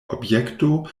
objekto